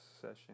session